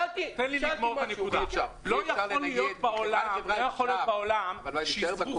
שאלתי משהו וקיבלתי --- לא יכול להיות בעולם שיזרו